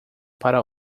para